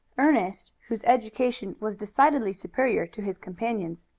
ernest, whose education was decidedly superior to his companion's,